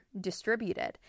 distributed